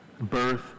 birth